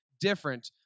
different